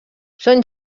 són